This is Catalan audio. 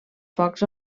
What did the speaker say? focs